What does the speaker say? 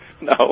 No